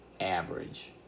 average